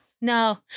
No